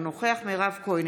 אינו נוכח מירב כהן,